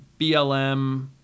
BLM